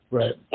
Right